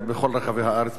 במיוחד בצפון,